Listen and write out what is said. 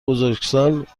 بزرگسال